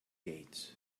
gates